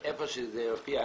לא קיבלתי את זה בדיון הקודם.